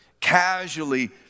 casually